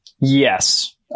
Yes